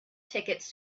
tickets